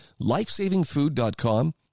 LifesavingFood.com